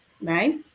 right